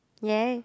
!yay!